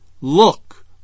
look